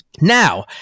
Now